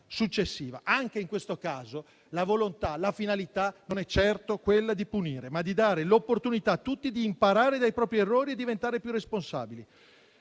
successiva. Anche in questo caso, la volontà, la finalità, non è certo quella di punire, ma di dare l'opportunità a tutti di imparare dai propri errori e diventare più responsabili.